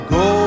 go